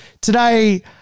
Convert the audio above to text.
today